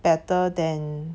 better than